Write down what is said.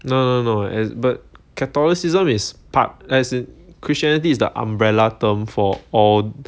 no no no as but catholicism is part as in christianity is the umbrella term for all